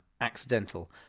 accidental